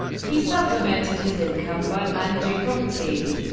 he supplemented his income by managing properties.